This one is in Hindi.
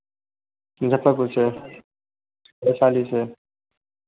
मुज़फ़्फ़रपुर से वैशाली से